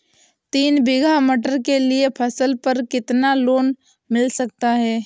तीन बीघा मटर के लिए फसल पर कितना लोन मिल सकता है?